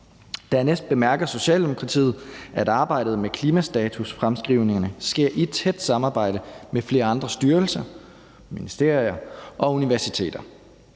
Dernæst bemærker Socialdemokratiet, at arbejdet med klimastatusser og -fremskrivningersker i tæt samarbejde med flere andre styrelser, ministerier og universiteter.